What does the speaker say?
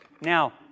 Now